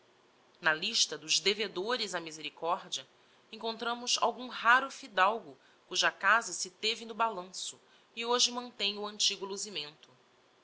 na lista dos devedores á misericordia encontramos algum raro fidalgo cuja casa se teve no balanço e hoje mantém o antigo